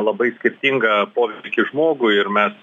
labai skirtingą poveikį žmogui ir mes